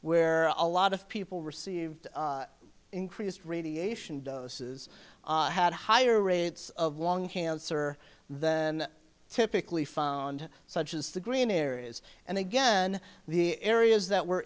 where a lot of people received increased radiation doses had higher rates of lung cancer than typically found such as the green areas and again the areas that were